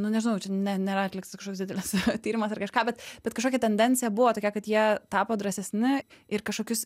nu nežinau čia ne nėra atliktas kažkoks didelis tyrimas ar kažką bet bet kažkokia tendencija buvo tokia kad jie tapo drąsesni ir kažkokius